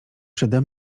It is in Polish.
przede